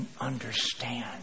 understand